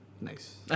nice